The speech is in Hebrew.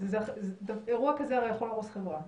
הרי אירוע כזה יכול להרוס חברה,